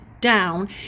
down